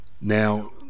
Now